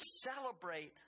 celebrate